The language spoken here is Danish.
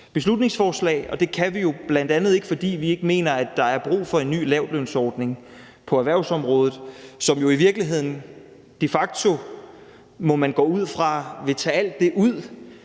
beslutningsforslag, og det kan vi jo bl.a. ikke, fordi vi ikke mener, at der er brug for en ny lavtlønsordning på erhvervsområdet, som jo de facto, må man gå ud fra, vil tage alt det ud